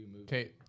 okay